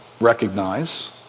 recognize